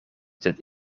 sed